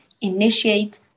initiate